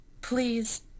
Please